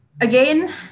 again